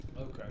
Okay